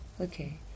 Okay